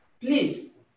please